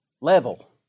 Level